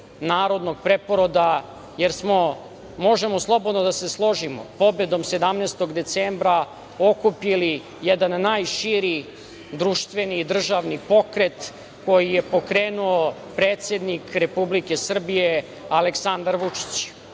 narodnog preporoda, jer smo, možemo slobodno da se složimo, pobedom 17. decembra okupili jedan najširi društveni državni pokret koji je pokrenuo predsednik Republike Srbije Aleksandar Vučić